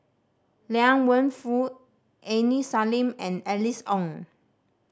Liang Wenfu Aini Salim and Alice Ong